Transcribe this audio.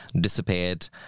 disappeared